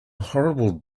horrible